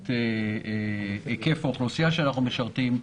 את היקף האוכלוסייה שאנחנו משרתים,